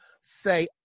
say